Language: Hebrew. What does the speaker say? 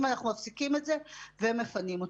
אנחנו מפסיקים את זה ומפנים אותם.